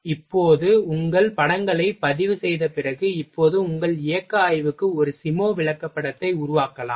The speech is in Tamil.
இப்போது உங்கள் படங்களை பதிவுசெய்த பிறகு இப்போது உங்கள் இயக்க ஆய்வுக்கு ஒரு சிமோ விளக்கப்படத்தை உருவாக்கலாம்